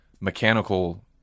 mechanical